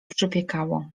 przypiekało